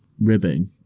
ribbing